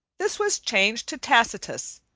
this was changed to tacitus,